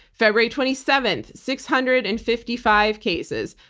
february twenty seven, six hundred and fifty five cases.